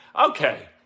Okay